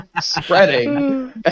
spreading